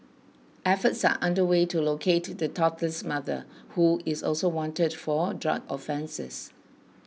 efforts are under way to locate the toddler's mother who is also wanted for drug offences